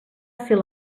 ser